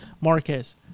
Marquez